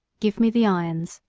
give me the irons,